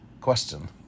question